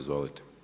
Izvolite.